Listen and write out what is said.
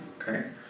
Okay